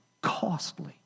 costly